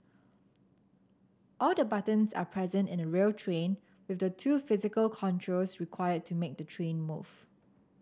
all the buttons are present in a real train with the two physical controls required to make the train move